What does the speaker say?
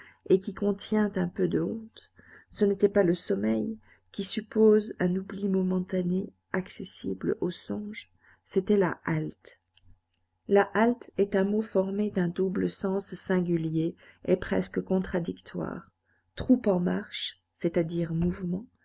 et qui contient un peu de honte ce n'était pas le sommeil qui suppose un oubli momentané accessible aux songes c'était la halte la halte est un mot formé d'un double sens singulier et presque contradictoire troupe en marche c'est-à-dire mouvement